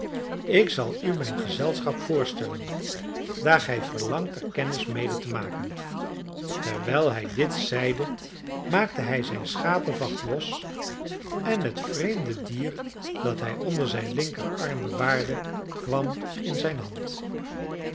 ik zal u mijn gezelschap voorstellen daar gij verlangt er kennis mede te maken terwijl hij dit zeide maakte hij zijn schapevacht los en het vreemde dier dat hij onder zijn linkerarm bewaarde kwam in zijn hand